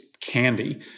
candy